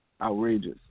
outrageous